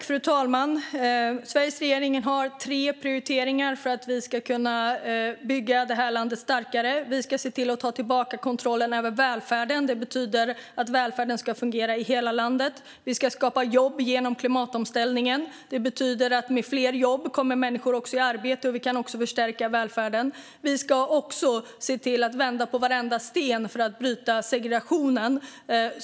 Fru talman! Sveriges regering har tre prioriteringar för att vi ska kunna bygga det här landet starkare. Vi ska se till att ta tillbaka kontrollen över välfärden. Det betyder att välfärden ska fungera i hela landet. Vi ska skapa jobb genom klimatomställningen. Med fler jobb kommer fler människor i arbete, vilket gör att vi kan förstärka välfärden. Vi ska också se till att vända på varenda sten för att bryta segregationen.